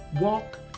walk